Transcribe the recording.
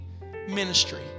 Ministry